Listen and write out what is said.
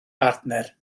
bartner